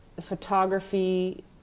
photography